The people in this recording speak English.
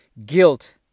Guilt